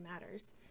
matters